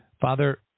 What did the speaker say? Father